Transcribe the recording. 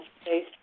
space